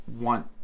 want